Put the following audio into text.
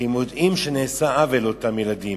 כי הם יודעים שנעשה עוול לאותם ילדים.